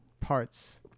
parts